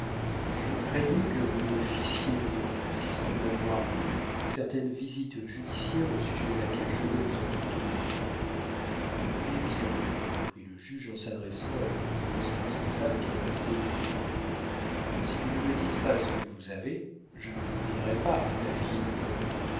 je craignais que vous ne fissiez aujourd'hui sans m'avoir vu certaine visite judiciaire au sujet de laquelle je veux vous entretenir eh bien reprit le juge en s'adressant à une grosse petite femme qui restait debout près de lui si vous ne me dites pas ce que vous avez je ne le devinerai pas ma fille